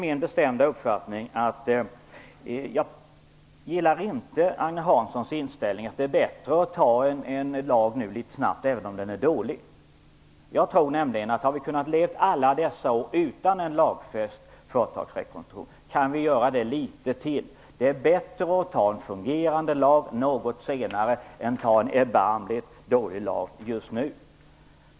Jag gillar inte Agne Hanssons inställning att det är bättre att ta en lag nu litet snabbt, även om den är dålig. Vi har kunnat leva alla dessa år utan en lagfäst företagsrekonstruktionslag, och jag tror att vi kan göra det litet längre. Det är bättre att anta en fungerande lag något senare än att anta en erbarmligt dålig lag just nu.